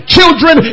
Children